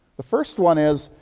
the first one is,